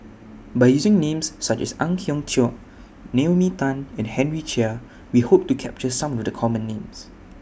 By using Names such as Ang Hiong Chiok Naomi Tan and Henry Chia We Hope to capture Some of The Common Names